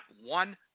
one